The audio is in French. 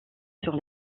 sur